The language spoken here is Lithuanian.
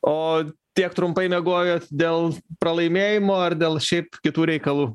o tiek trumpai miegojot dėl pralaimėjimo ar dėl šiaip kitų reikalų